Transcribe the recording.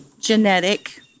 genetic